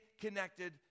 connected